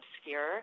obscure